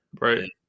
Right